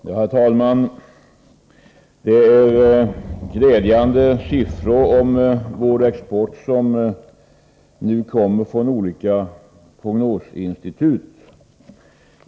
Herr talman! Det är glädjande siffror om vår export som nu kommer från olika prognosinstitut.